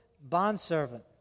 bondservant